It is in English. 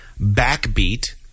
Backbeat